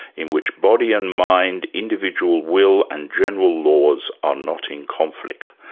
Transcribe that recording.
in which body and mind, individual will, and general laws are not in conflict.